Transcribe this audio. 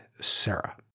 Sarah